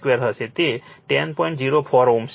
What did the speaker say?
04 Ω છે